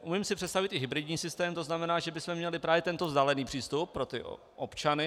Umím si představit i hybridní systém, to znamená, že bychom měli právě tento vzdálený přístup pro občany.